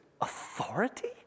authority